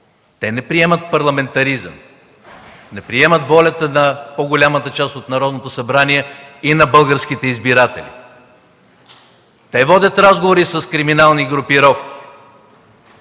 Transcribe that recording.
те не приемат парламентаризма, не приемат волята на по-голямата част от Народното събрание и на българските избиратели. Те водят разговори с криминални групировки.